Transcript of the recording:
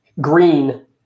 green